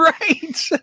Right